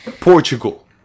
Portugal